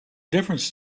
difference